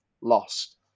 lost